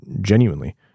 genuinely